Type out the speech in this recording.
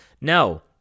no